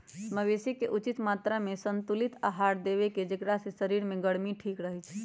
मवेशी के उचित मत्रामें संतुलित आहार देबेकेँ जेकरा से शरीर के गर्मी ठीक रहै छइ